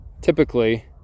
typically